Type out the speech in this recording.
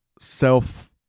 self